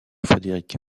frédéric